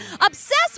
Obsessed